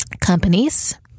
Companies